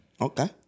Okay